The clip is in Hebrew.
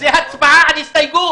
זאת הצבעה על הסתייגות.